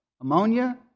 ammonia